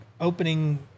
opening